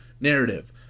narrative